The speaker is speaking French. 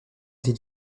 des